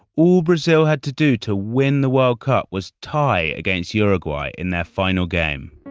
all brazil had to do to win the world cup was tie against uruguay in their final game